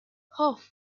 hough